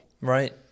Right